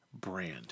brand